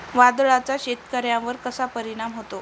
वादळाचा शेतकऱ्यांवर कसा परिणाम होतो?